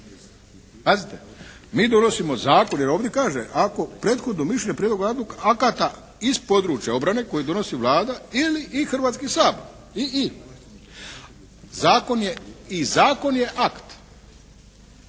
Mi donosimo zakone, jer ovdje kaže, ako prethodno mišljenje na prijedlog akata iz područja obrane koje donosi Vlada ili/i Hrvatski sabor. I/i. I zakon je akt.